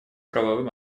правовым